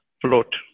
float